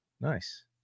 Nice